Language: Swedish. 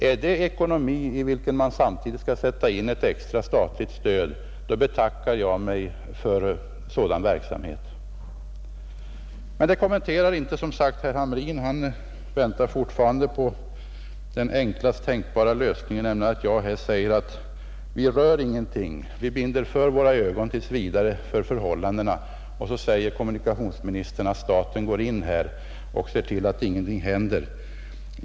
Är det en ekonomi i vilken man samtidigt skall sätta in ett extra statligt stöd, betackar jag mig för en sådan verksamhet. Men herr Hamrin kommenterar som sagt inte detta. Han väntar fortfarande på den enklaste tänkbara lösningen, nämligen att jag här säger att vi inte rör någonting, att vi tills vidare binder för våra ögon för förhållandena, Kommunikationsministern skall ingripa och se till att ingenting händer.